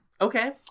Okay